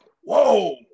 whoa